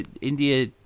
India